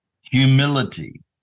humility